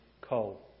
coal